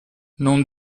non